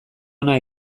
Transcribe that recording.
ona